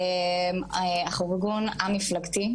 אנחנו ארגון א-מפלגתי,